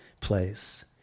place